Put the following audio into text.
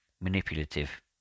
manipulative